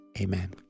Amen